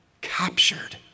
captured